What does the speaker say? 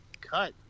cut